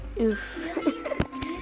oof